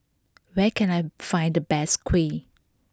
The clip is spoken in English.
where can I find the best Kuih